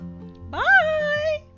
Bye